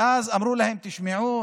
ואז אמרו להם: תשמעו,